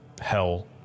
hell